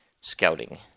scouting